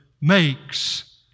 makes